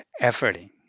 efforting